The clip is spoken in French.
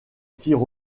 tirs